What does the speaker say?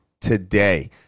today